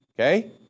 Okay